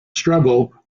struggle